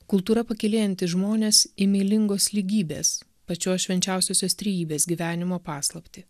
kultūra pakylėjanti žmones į meilingos lygybės pačios švenčiaučiosios trejybės gyvenimo paslaptį